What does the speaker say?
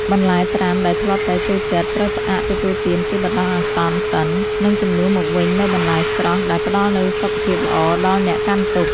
បន្លែត្រាំដែលធ្លាប់តែចូលចិត្តត្រូវផ្អាកទទួលទានជាបណ្ដោះអាសន្នសិន និង ជំនួសមកវិញនូវបន្លែស្រស់ដែលផ្តល់នូវសុខភាពល្អដល់អ្នកកាន់ទុក្ខ។